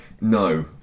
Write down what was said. No